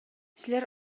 силер